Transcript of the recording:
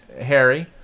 Harry